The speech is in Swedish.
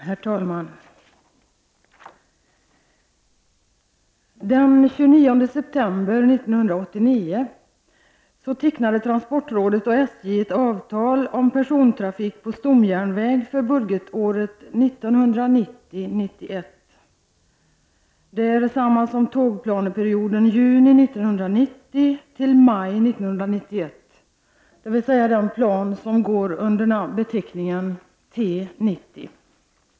Herr talman! Den 29 september 1989 tecknade transportrådet och SJ ett avtal om persontrafik på stomjärnväg för budgetåret 1990/91. Det omfattar samma tid som tågplaneperioden juni 1990—maj 1991, dvs. den plan som går under beteckningen T90.